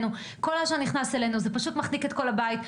כל העשן נכנס וזה פשוט מחניק את כל הבית.